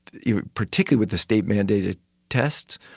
you know particular with the state-mandated tests.